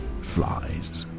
Flies